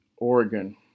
Oregon